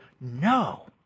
no